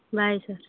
bye sir